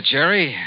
Jerry